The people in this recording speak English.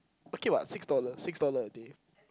okay what six dollar six dollar a day